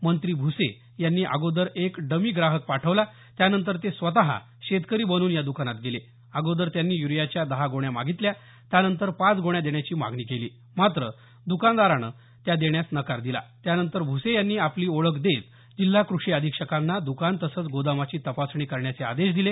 मंत्री भूसे यांनी अगोदर एक डमी ग्राहक पाठवला त्यानंतर ते स्वतः शेतकरी बनून या दुकानात गेले अगोदर त्यांनी युरियाच्या दहा गोण्या मागितल्या त्यानंतर पाच गोण्या देण्याची मागणी केली मात्र द्कानदारांने त्या देण्यास नकार दिला त्यानंतर भूसे यांनी आपली ओळख देत जिल्हा कृषी अधिक्षकांना दुकान तसंच गोदामाची तपासणी करण्याचे आदेश दिले